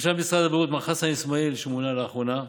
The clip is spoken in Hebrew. חשב משרד הבריאות מר חסן איסמעיל, שמונה לאחרונה,